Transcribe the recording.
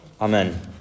amen